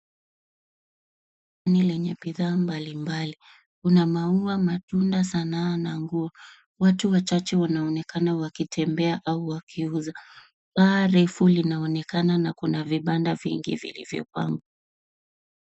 Ni lenye bidhaa mbalimbali. Kuna maua, matunda , sanaa na nguo. Watu wachache wanaonekana wakitembea au wakiuza. Paa refu linaonekana na kuna vibanda vingi vilivyopangwa.